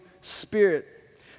Spirit